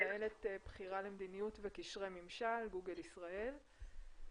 מנהלת בכירה למדיניות וקשרי ממשל בגוגל ישראל.